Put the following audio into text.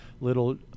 little